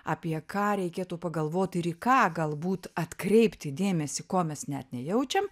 apie ką reikėtų pagalvoti ir į ką galbūt atkreipti dėmesį ko mes net nejaučiam